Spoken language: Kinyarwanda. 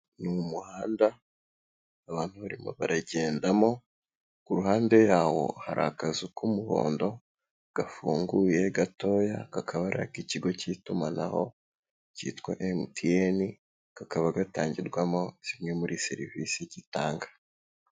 Ni mu muhanda abantu barimo baragendamo, ku ruhande yawo hari akazu k'umuhondo gafunguye gatoya, kakaba ari ak'ikigo cy'itumanaho cyitwa MTN, kakaba gatangirwamo zimwe muri serivisi gitanga.